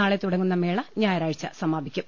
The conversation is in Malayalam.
നാളെ തുടങ്ങുന്ന മേള ഞായറാഴ്ച്ച സമാപിക്കും